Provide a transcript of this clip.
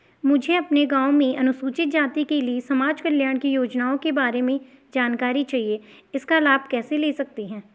मुझे अपने गाँव में अनुसूचित जाति के लिए समाज कल्याण की योजनाओं के बारे में जानकारी चाहिए इसका लाभ कैसे ले सकते हैं?